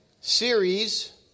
series